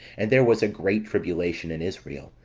and there was a great tribulation in israel,